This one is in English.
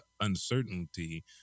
uncertainty